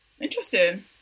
interesting